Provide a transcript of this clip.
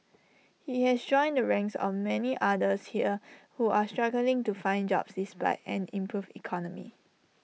he has joined the ranks of the many others here who are struggling to find jobs despite an improved economy